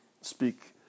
speak